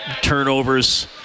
turnovers